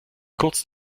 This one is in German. kurz